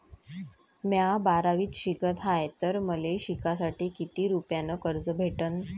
म्या बारावीत शिकत हाय तर मले शिकासाठी किती रुपयान कर्ज भेटन?